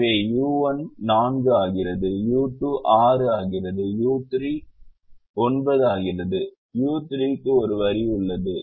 எனவே u1 4 ஆகிறது u2 6 ஆகிறது u3 9 ஆகிறது u3 க்கு ஒரு வரி உள்ளது